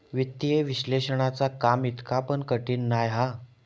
वित्तीय विश्लेषणाचा काम इतका पण कठीण नाय हा